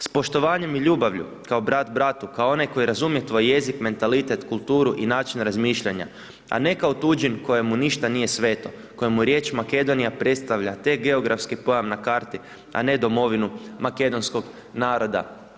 S poštovanjem i ljubavlju, kao brat bratu, kao onaj tko razumije tvoj jezik, mentalitet, kulturu i način razmišljanja, a ne kao tuđin kojemu ništa nije sveta, koja mu riječ Makedonija predstavlja te geografski pojam na karti, a ne domovinu makedonskog naroda.